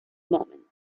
moment